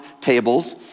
tables